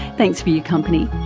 thanks for your company,